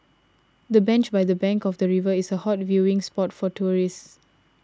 the bench by the bank of the river is a hot viewing spot for tourists